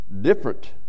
Different